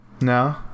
No